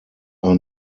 are